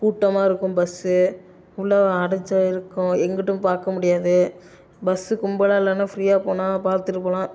கூட்டமாக இருக்கும் பஸ்ஸு உள்ள அடைச்சு இருக்கும் எங்கிட்டும் பார்க்க முடியாது பஸ்ஸு கும்பலாக இல்லாமல் ஃப்ரீயா போனால் பார்த்துட்டு போகலாம்